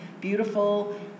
beautiful